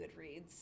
Goodreads